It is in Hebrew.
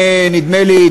נדמה לי,